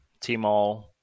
Tmall